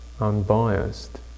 unbiased